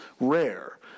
rare